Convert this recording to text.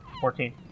Fourteen